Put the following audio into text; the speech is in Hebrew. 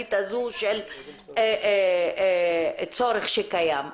הכלכלית הזו של צורך שקיים.